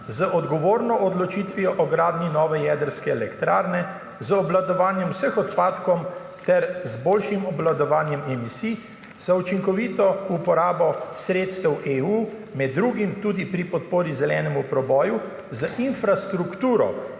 z odgovorno odločitvijo o gradnji nove jedrske elektrarne, z obvladovanjem vseh odpadkov ter z boljšim obvladovanjem emisij, za učinkovito uporabo sredstev EU, med drugim tudi pri podpori zelenemu preboju, z infrastrukturo,